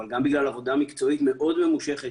אבל גם בגלל עבודה מקצועית ממושכת מאוד